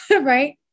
Right